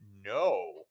no